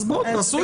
אז בואו תעשו את זה.